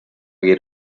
geht